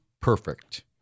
perfect